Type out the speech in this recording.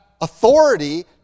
authority